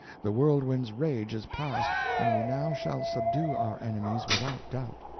the whirlwind's rage is past, and we now shall subdue our enemies without doubt.